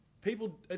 People